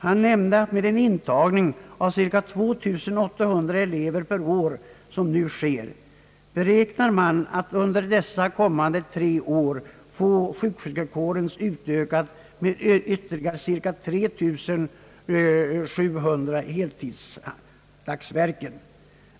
Han nämnde att med den intagning av cirka 2 800 elever per år som nu sker beräknar man att sjuksköterskekårens kapacitet under de kommande tre åren skall utökas med ytterligare omkring 3700 heltidsdagsverken.